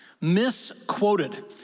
Misquoted